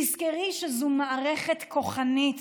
תזכרי שזו מערכת כוחנית